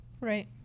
Right